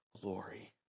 glory